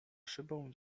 szybą